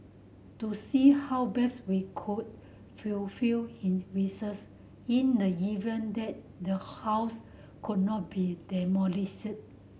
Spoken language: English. to see how best we could his in the event that the house could not be demolished